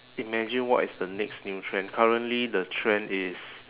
imagine what is the next new trend currently the trend is